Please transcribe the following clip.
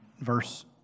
verse